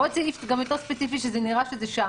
ועוד סעיף שהוא גם יותר ספציפי שזה נראה שזה שם.